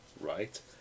right